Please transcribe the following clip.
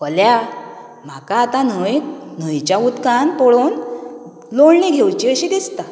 कोल्या म्हाका आतां न्हंयत न्हंयच्या उदकान पळोवन लोळणी घेवची अशी दिसता